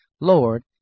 Lord